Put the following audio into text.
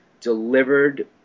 delivered